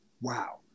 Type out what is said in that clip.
wow